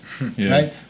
right